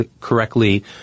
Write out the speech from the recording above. correctly